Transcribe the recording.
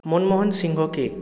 Manmohan Singh কে